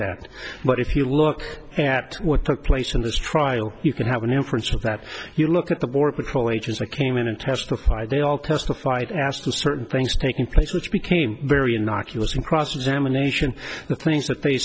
that but if you look at what took place in this trial you can have an inference of that you look at the border patrol agents that came in and testified they all testified as to certain things taking place which became very innocuous in cross examination the things that they